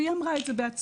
והיא אמרה את זה בעצמה.